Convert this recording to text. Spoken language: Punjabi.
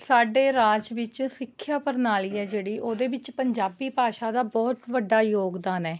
ਸਾਡੇ ਰਾਜ ਵਿੱਚ ਸਿੱਖਿਆ ਪ੍ਰਣਾਲੀ ਹੈ ਜਿਹੜੀ ਉਹਦੇ ਵਿੱਚ ਪੰਜਾਬੀ ਭਾਸ਼ਾ ਦਾ ਬਹੁਤ ਵੱਡਾ ਯੋਗਦਾਨ ਹੈ